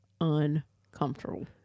uncomfortable